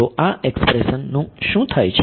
તો આ એક્સપ્રેશન નું શું થાય છે